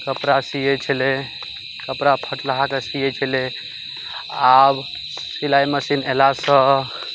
कपड़ा सियै छलै कपड़ा फटलहाके सियै छलै आब सिलाइ मशीन अयलासँ